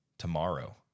tomorrow